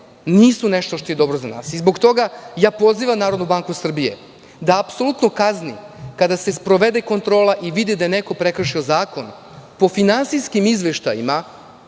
nisu nešto što je dobro za nas. Zbog toga, pozivam NBS da apsolutno kazni kada se sprovede kontrola i vidi da je neko prekršio zakon po finansijskim izveštajima,